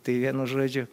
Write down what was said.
tai vienu žodžiu